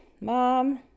mom